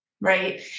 Right